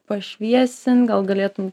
pašviesint gal galėtum